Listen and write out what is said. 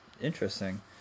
Interesting